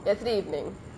yesterday evening